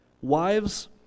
Wives